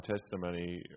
testimony